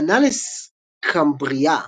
ה-"Annales Cambriae"